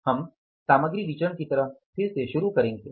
हम सामग्री विचरण की तरह फिर से शुरू करेंगे